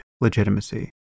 legitimacy